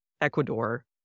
Ecuador